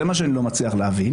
זה מה שאני לא מצליח להבין.